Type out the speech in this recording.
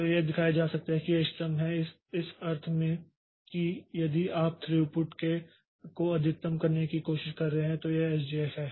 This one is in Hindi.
तो यह दिखाया जा सकता है कि यह इष्टतम है इस अर्थ में कि यदि आप थ्रूपुट को अधिकतम करने की कोशिश कर रहे हैं तो यह एसजेएफ है